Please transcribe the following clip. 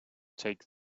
take